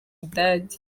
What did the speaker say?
budage